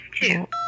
two